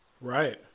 Right